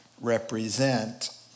represent